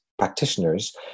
practitioners